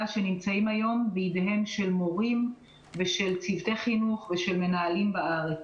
שנמצאים היום בידיהם של מורים ושל צוותי חינוך ושל מנהלים בארץ.